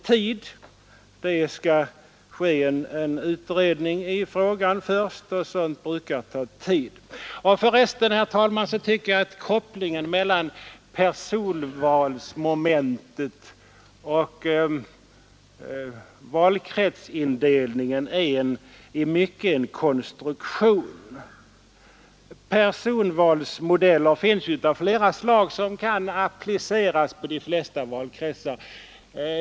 Det skall först ske en utredning i frågan, och sådant brukar ta tid. Jag anser för resten, herr talman, att kopplingen mellan personvalsmomentet och valkretsindelningen i mycket är en konstruktion. Det finns personvalsmodeller av flera slag som kan appliceras i de flesta valkretsar.